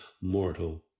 mortal